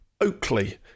Oakley